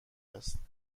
است